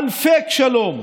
על פייק שלום.